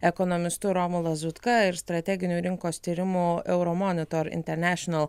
ekonomistu romu lazutka strateginių rinkos tyrimų euromonitor international